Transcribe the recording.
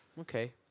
Okay